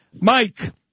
Mike